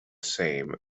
same